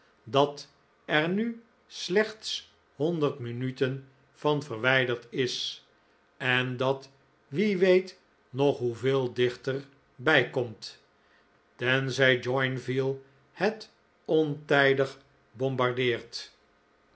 dat er nu slechts honderd minuten van verwijderd is en dat wie weet nog hoeveel dichter bij komt tenzij joinville het ontijdig bombardeert